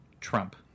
trump